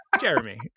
jeremy